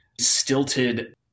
stilted